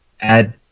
add